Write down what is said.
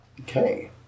Okay